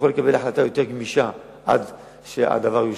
יכול לקבל החלטה יותר גמישה עד שהדבר יושלם.